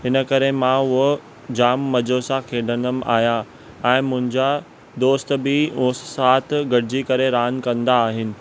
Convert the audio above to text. हिन करे मां उहो जामु मज़ो सां खेॾंदुमि आहियां ऐं मुंहिंजा दोस्त बि उहो साथ गॾिजी करे उहे रांधि कंदा आहिनि